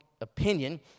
opinion